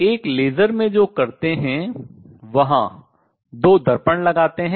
एक लेसर में जो करतें है वहाँ दो दर्पण लगाते है